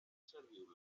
serviu